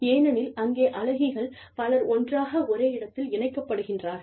ஏனெனில் அங்கே அழகிகள் பலர் ஒன்றாக ஒரே இடத்தில் இணைக்கப்படுகின்றார்கள்